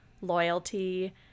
loyalty